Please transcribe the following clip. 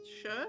sure